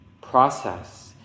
process